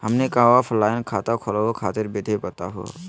हमनी क ऑफलाइन खाता खोलहु खातिर विधि बताहु हो?